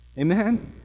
Amen